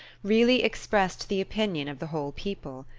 really expressed the opinion of the whole people.